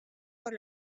por